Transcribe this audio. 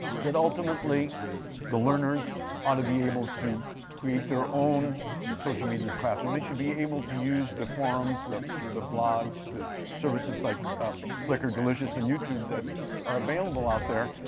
that ultimately the learners ought to be able to create their own social media classroom. they should be able to use the forums, the the blogs, services like flickr, delicious, and youtube that are available out there.